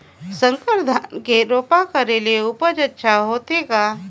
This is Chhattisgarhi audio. संकर धान के रोपा करे ले उपज अच्छा होथे का?